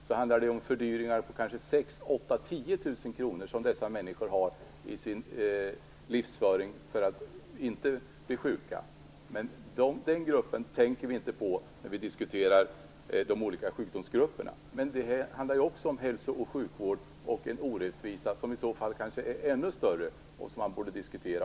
Det handlar om fördyringar på 6 000, 8 000, ja kanske 10 000 kr, som dessa människor har i sin livsföring för att inte bli sjuka. Men den gruppen tänker vi inte på när vi diskuterar de olika sjukdomsgrupperna. Detta handlar också om hälso och sjukvård och är en orättvisa som kanske är ännu större och som man också borde diskutera.